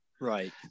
right